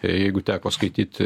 jeigu teko skaityti